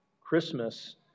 Christmas